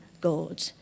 God